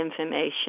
information